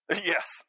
Yes